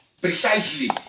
precisely